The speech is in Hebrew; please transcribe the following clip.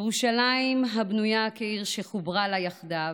ירושלים הבנויה כעיר שחברה לה יחדו.